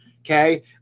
Okay